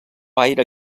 aire